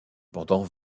pendant